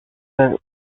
were